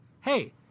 hey